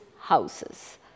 houses